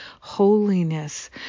holiness